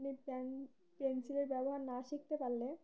আপনি পেন পেনসিলের ব্যবহার না শিখতে পারলে